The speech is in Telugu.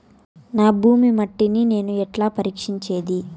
నా భూమి మట్టిని నేను ఎట్లా పరీక్షించేది?